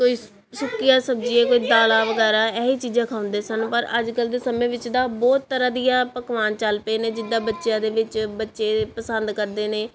ਕੋਈ ਸੁੱਕੀਆਂ ਸਬਜ਼ੀਆਂ ਕੋਈ ਦਾਲਾਂ ਵਗੈਰਾ ਇਹ ਚੀਜ਼ਾਂ ਖਾਂਦੇ ਸਨ ਪਰ ਅੱਜ ਕੱਲ ਦੇ ਸਮੇਂ ਵਿੱਚ ਤਾਂ ਬਹੁਤ ਤਰ੍ਹਾਂ ਦੀਆਂ ਪਕਵਾਨ ਚੱਲ ਪਏ ਨੇ ਜਿੱਦਾਂ ਬੱਚਿਆਂ ਦੇ ਵਿੱਚ ਬੱਚੇ ਪਸੰਦ ਕਰਦੇ ਨੇ